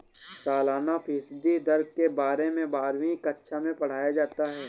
सालाना फ़ीसदी दर के बारे में बारहवीं कक्षा मैं पढ़ाया जाता है